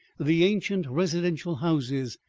the ancient residential houses,